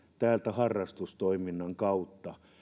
harrastustoiminnan kautta